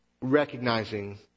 recognizing